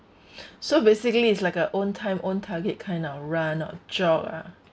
so basically is like a own time own target kind of run or jog ah